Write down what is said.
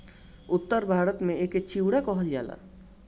उत्तर भारत में एके चिवड़ा कहल जाला